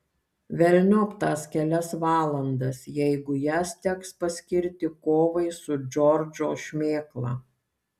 velniop tas kelias valandas jeigu jas teks paskirti kovai su džordžo šmėkla